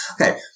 okay